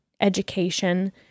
education